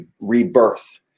rebirth